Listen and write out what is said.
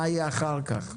מה יהיה אחר כך.